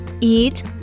eat